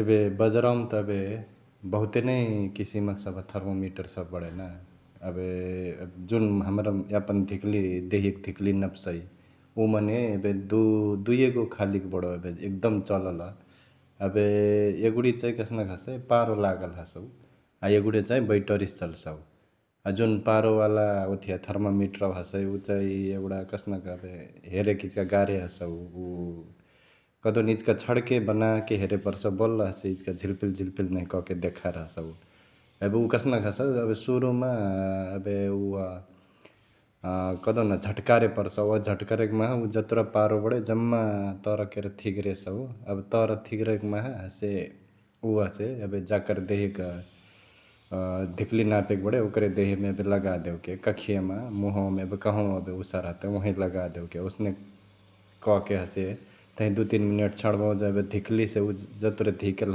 एबे बजरावामा त एबे बहुते नै किसिमक सभ थेर्मोमीटर सभ बडै ना एबे जुन हमरा यापन धिकली देहियाक धिकली नपसई उ मने एबे दु....दुइगो खालीक बडौ एबे एकदम चलल । एबे एगुडी चैं कसनक हसई पारो लागल हसउ एगुडी चैं बैटरिसे चलसउ । जुन पारोवाला ओथिया थोर्मोमिटरवा हसै उ चैं एगुडा कसनक एबे हेरेके इचिका गार्हे हसउ कहदेउन इचिका छड्के बनाके हेरे परसउ बल्ल हसे इचिका झिल्फिल्झिल्फिल नहिया कहके देखार हसउ । एबे उ कसनक हसउ एबे सुरुमा एबे उअ कहदेउन झट्करे परसउ अ झट्करैक माहा उ जतुरा पारो बडै उ जम्मा तर केरे थिग्रेसउ । एबे तर थिग्रईक माहा हसे उ हसे एबे जाकर देहियाक धिकली नापेके बडई ओकरे देहियामा एबे लगादेओके कखियामा, मुहावामा एबे कह्ँवा एबे उसार हतई ओहई लगादेओके । ओसने कके हसे तहिं दुइ तीन मिनेट छड्बहु जौं एबे धिकलिसे उ जतुरे धिकल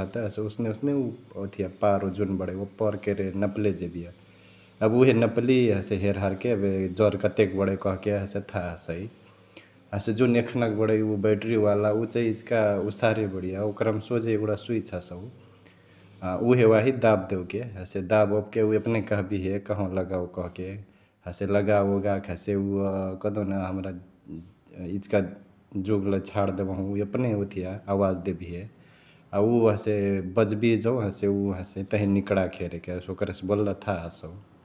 हतई हसे ओसने ओसने उ ओथिया पारो जुन बडै ओपर केरे नपले जेबिय । एबे उहे नपली हसे हेरहारके एबे जर कतेक बडै कहके हसे थाह हसई । ह्से जुन एखनाक बडै उ बैटृवाला उ चैं इचिका उसारे बडिय । ओकरमा सोझे एगुडा स्विच हसउ अ उहे वाही दाब देओके हसे दाबओबके उ एपनही कहबिहे कह्ँवा लगओके कहके । हसे लगओगाके हसे उअ कहदेउन हमरा इचिका जुग लइ छाड देबहु उ एपनही ओथिया आवाज देबिहे । अ उ हसे बज्बिहे जौं हसे उ ह्से तही निकडाके हेरेके हसे ओकरे से बल्ल थाह हसउ ।